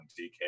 DK